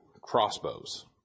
crossbows